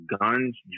guns